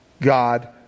God